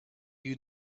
you